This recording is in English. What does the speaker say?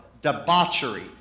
debauchery